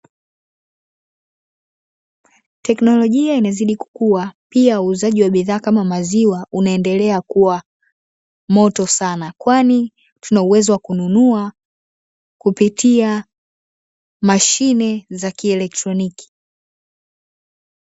Teknolojia inazidi kukua pia uuzaji wa maziwa unazidi kuwa moto sana, Kwani tunauwezo wa kununua kupitia mashine za kielotroniki.